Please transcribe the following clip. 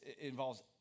involves